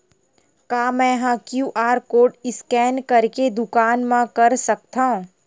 का मैं ह क्यू.आर कोड स्कैन करके दुकान मा कर सकथव?